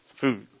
food